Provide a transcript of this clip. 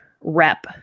rep